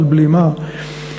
על בלימה,